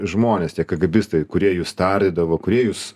žmonės tie kagėbistai kurie jus tardydavo kurie jus